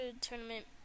tournament